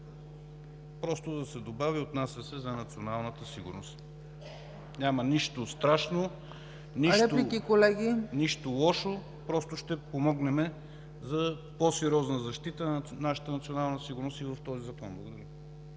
просто да се добави „отнася се за националната сигурност”. Няма нищо страшно, нищо лошо – ще помогнем за по-сериозна защита на нашата национална сигурност и в този Закон.